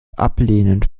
ablehnend